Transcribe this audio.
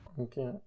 Okay